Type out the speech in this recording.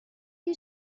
you